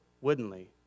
woodenly